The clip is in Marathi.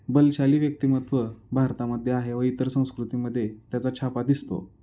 बलशाली व्यक्तिमत्त्व भारतामध्ये आहे व इतर संस्कृतीमध्ये त्याचा छापा दिसतो